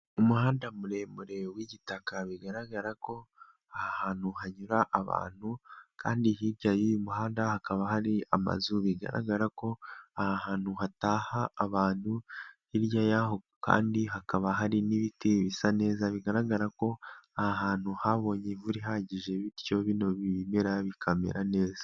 Umuhanda muremure w'igitaka bigaragara ko aha hantu hanyura abantu, kandi hirya y'uyu muhanda hakaba hari amazu bigaragara ko aha hantu hataha abantu, hirya y'aho kandi hakaba hari n'ibiti bisa neza, bigaragara ko aha hantu habonye imvura ihagije bityo bino bimera bikamera neza.